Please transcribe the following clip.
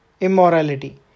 Immorality